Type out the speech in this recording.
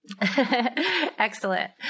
Excellent